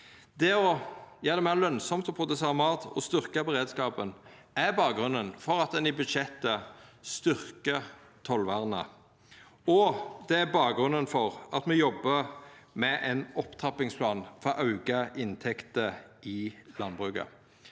Det å gjera det meir lønsamt å produsera mat og styrkja beredskapen er bakgrunnen for at ein i budsjettet styrkjer tollvernet, og det er bakgrunnen for at me jobbar med ein opptrappingsplan for auka inntekter i landbruket.